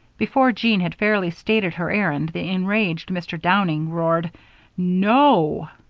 before jean had fairly stated her errand, the enraged mr. downing roared no!